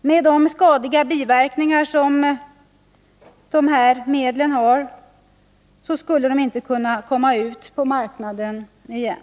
Med de skadliga biverkningar de medlen har skulle de inte kunna komma ut på marknaden igen.